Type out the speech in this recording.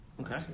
okay